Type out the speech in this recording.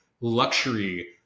luxury